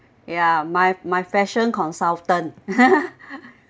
yeah my my fashion consultant